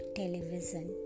television